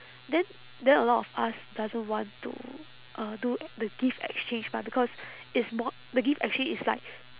then then a lot of us doesn't want to uh do the gift exchange but because it's more the gift exchange is like